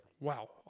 wow